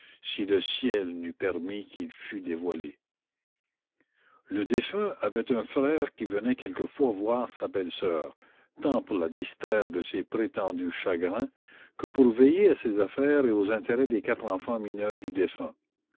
si le ciel n'eût permis qu'il fût dévoilé le défunt avait un frère qui venait quelquefois voir sa belle-soeur tant pour la distraire de ses prétendus chagrins que pour veiller à ses affaires et aux intérêts des quatre enfans mineurs du défunt